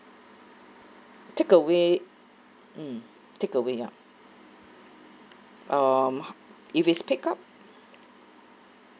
takeaway mm takeaway yup um if is pick up